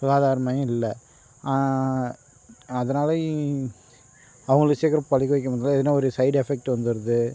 சுகாதார மையம் இல்லை அதனால் அவ்வளோ சீக்கிரம் பிழைக்க வைக்கமுடில்ல எதனா ஒரு சைடு எஃபெக்ட்டு வந்துடுது